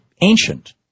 ancient